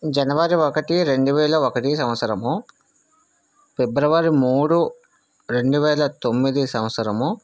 జనవరి ఒకటి రెండు వేల ఒకటి సంవత్సరము ఫిబ్రవరి మూడు రెండు వేల తొమ్మిది సంవత్సరము